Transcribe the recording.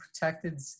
protected